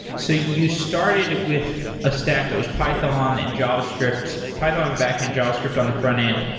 so you started with a stack that was python and javascript. python on the backend. javascript on the frontend.